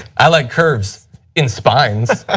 i like curves in spines.